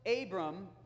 Abram